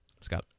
Scott